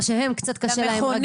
מה שלהם קצת קשה רגלית.